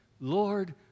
Lord